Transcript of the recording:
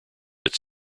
its